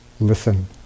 listen